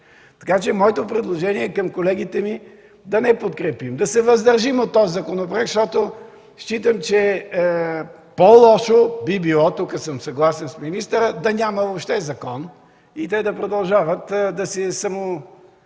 отбраната. Моето предложение към колегите ми е да не подкрепим, да се въздържим от този законопроект, защото смятам, че по-лошо би било – тук съм съгласен с министъра, да няма въобще закон и те да продължават да се